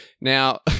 Now